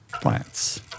plants